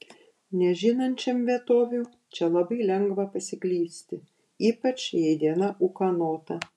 nežinančiam vietovių čia labai lengva pasiklysti ypač jei diena ūkanota